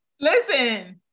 Listen